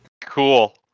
Cool